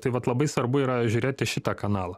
tai vat labai svarbu yra žiūrėti šitą kanalą